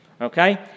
Okay